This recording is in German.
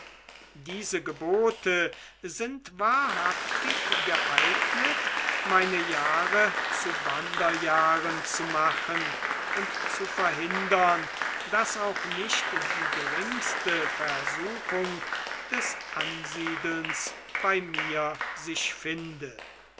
diese gebote sind wahrhaft geeignet meine jahre zu wanderjahren zu machen und zu verhindern daß auch nicht die geringste versuchung des ansiedelns bei mir sich finde